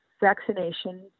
vaccination